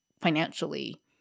financially